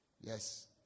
yes